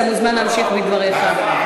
אתה מוזמן להמשיך בדבריך,